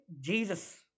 Jesus